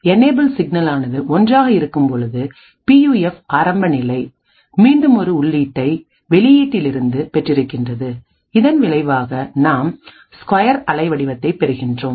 என்யபல் signal ஆனது ஒன்றாக இருக்கும் பொழுது பியூஎஃப் ஆரம்ப நிலை மீண்டுமொரு உள்ளீட்டை வெளியீட்டில் இருந்து பெற்றிருக்கின்றது இதன் விளைவாக நாம் ஸ்கொயர்அலை வடிவத்தை பெறுகின்றோம்